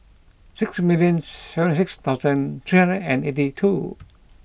six million seventy six thousand three hundred and eighty two